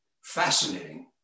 fascinating